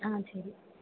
ஆ சரி